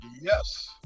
Yes